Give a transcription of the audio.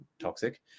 toxic